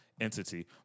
entity